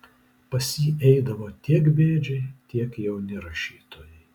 pas jį eidavo tiek bėdžiai tiek jauni rašytojai